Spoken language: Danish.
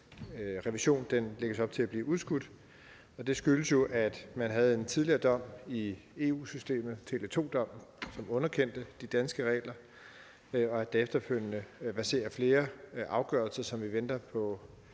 revision lægges op til at blive udskudt. Det skyldes jo, at man har en tidligere dom i EU-systemet, altså Tele2-dommen, som underkendte de danske regler, og at der efterfølgende verserer flere afgørelser, som vi venter på